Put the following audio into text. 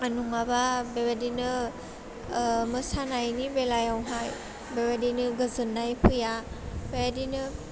नङाबा बेबायदिनो मोसानायनि बेलायावहाय बेबायदिनो गोजोनाय फैया बेबायदिनो